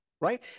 right